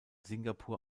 singapur